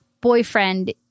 boyfriend